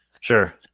Sure